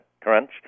crunch